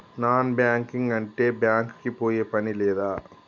Non banking అంటే bank కి పోయే పని లేదా?